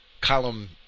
Column